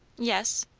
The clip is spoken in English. yes.